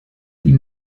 die